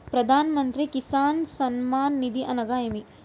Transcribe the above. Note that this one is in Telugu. ప్రధాన మంత్రి కిసాన్ సన్మాన్ నిధి అనగా ఏమి?